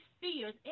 fears